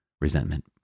resentment